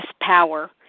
power